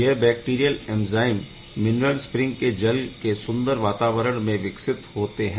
यह bacterial enzyme mineral spring के जल के सुंदर वातावरण में विकसित होते है